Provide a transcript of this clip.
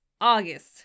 August